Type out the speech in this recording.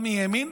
גם מימין,